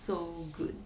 so good